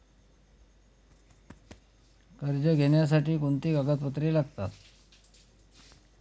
कर्ज घेण्यासाठी कोणती कागदपत्रे लागतात?